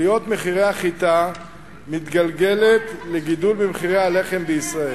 עליות מחירי החיטה מתגלגלות לעליית מחירי הלחם בישראל.